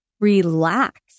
relax